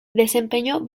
desempeñó